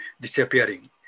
disappearing